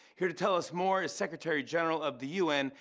here to tell us more is secretary-general of the u n,